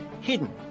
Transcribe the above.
hidden